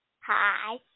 Hi